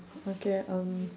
okay um